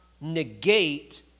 negate